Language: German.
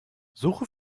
suche